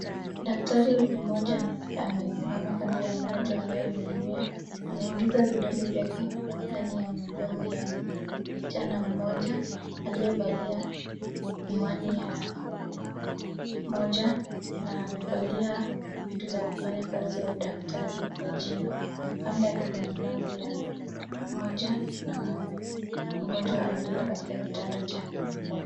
Daktari mmoja amesimama kando ya mgonjwa anayemhudumia na ameingiza vidole vyake ndani ya mdomo ya msichana mmoja aliyevalia miwani ya moja na amevalia vitu za kufanya kazi ya udaktari kwa jina, kando yake kuna mlango ya moja na mgonjwa amelala katika kitanda cha wa....